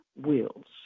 wills